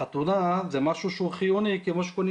החתונה זה משהו שהוא חיוני כמו שקונים